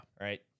Right